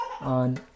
on